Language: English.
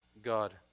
God